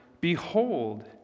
Behold